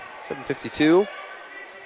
7.52